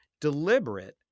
deliberate